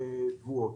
התבואות.